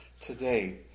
today